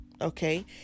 okay